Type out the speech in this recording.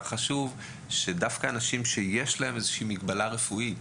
דווקא אנשים שיש להם מגבלה רפואית,